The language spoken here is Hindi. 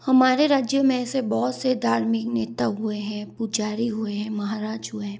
हमारे राज्य में से बहोत से धार्मिक नेता हुए हैं पुजारी हुए हैं महाराज हुए हैं